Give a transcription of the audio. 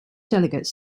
delegates